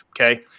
Okay